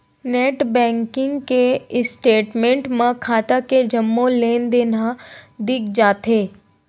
net banking के statement म खाता के जम्मो लेनदेन ह दिख जाथे